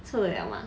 受得了吗